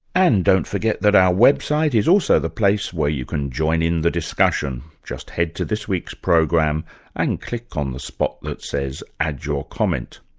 and don't forget that our website is also the place where you can join in the discussion. just head to this week's program and click on the spot that says add your comment.